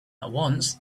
once